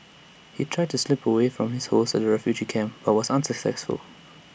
he tried to slip away from his hosts at the refugee camp but was unsuccessful